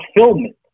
fulfillment